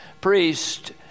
priest